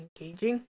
engaging